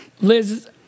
Liz